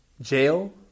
Jail